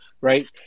right